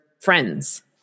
friends